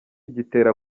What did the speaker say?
igitera